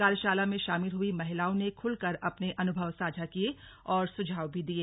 कार्यशाला में शामिल हुई महिलाओं ने खुलकर अपने अनुभव साझा किये और सुझाव भी दिये